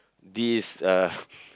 this uh